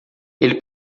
ele